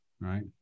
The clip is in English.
right